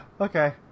Okay